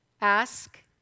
ask